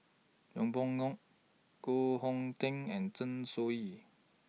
Yeng Pway Ngon Koh Hong Teng and Zeng Shouyin